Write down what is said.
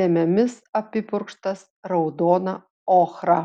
dėmėmis apipurkštas raudona ochra